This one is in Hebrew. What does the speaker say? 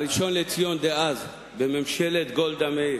הראשון לציון דאז בממשלת גולדה מאיר